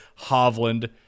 Hovland